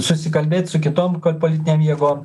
susikalbėt su kitom politinėm jėgom